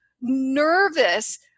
nervous